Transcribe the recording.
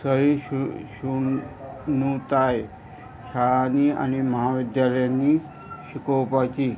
सही शुनताय शाळांनी आनी महाविद्यालयांनी शिकोवपाची